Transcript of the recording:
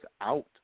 out